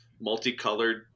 multicolored